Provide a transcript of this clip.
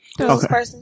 Okay